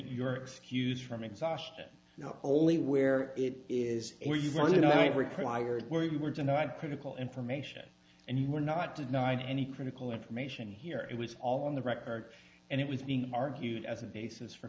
you're excused from exhaustion not only where it is where you want to know it required where you were denied critical information and you were not denied any critical information here it was all on the record and it was being argued as a basis for